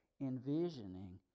envisioning